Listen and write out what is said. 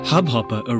HubHopper